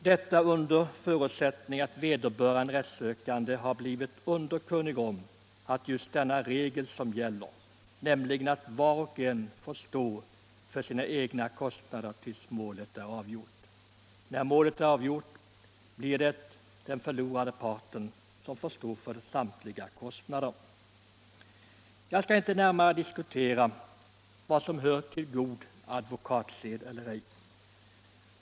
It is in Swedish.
Detta gäller under förutsättning att vederbörande rättssökande har blivit underkunnig om gällande regel att, sedan målet avgjorts, den förlorande parten får stå för motpartens kostnader. Jag skall inte närmare diskutera vad som hör till god advokatsed eller ej.